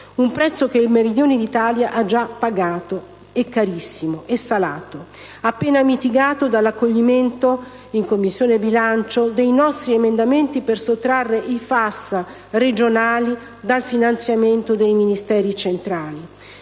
un prezzo che il Meridione d'Italia ha già pagato, e salato, appena mitigato dall'accoglimento, in Commissione bilancio, dei nostri emendamenti per sottrarre i FAS regionali dal finanziamento dei Ministeri centrali,